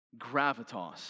Gravitas